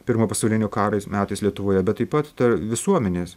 pirmo pasaulinio karais metais lietuvoje bet taip pat visuomenės